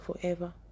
forever